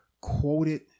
quoted